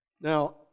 Now